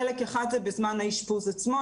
חלק אחד זה בזמן האשפוז עצמו,